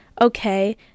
okay